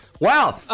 Wow